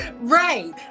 Right